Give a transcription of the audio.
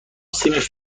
سیمش